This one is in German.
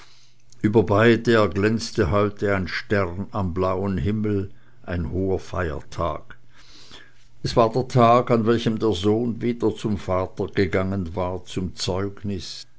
über beide erglänzte heute ein stern am blauen himmel ein hoher feiertag es war der tag an welchem der sohn wieder zum vater gegangen war zum zeugnis